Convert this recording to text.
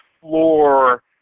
floor